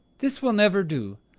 this will never do.